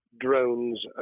drones